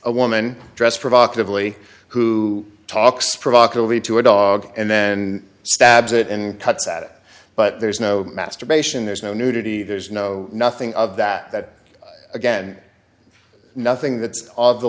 a woman dressed provocatively who talks provocatively to a dog and then stabs it and cuts at it but there's no masturbation there's no nudity there's no nothing of that that again nothing that's all